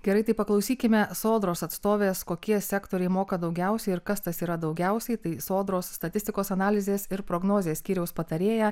gerai tai paklausykime sodros atstovės kokie sektoriai moka daugiausiai ir kas tas yra daugiausiai tai sodros statistikos analizės ir prognozės skyriaus patarėja